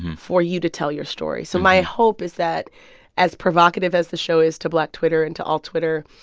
for you to tell your story. so my hope is that as provocative as the show is to black twitter and to all twitter,